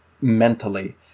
mentally